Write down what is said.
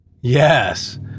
Yes